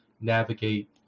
navigate